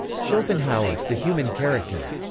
schopenhauer, the human character.